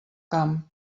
camp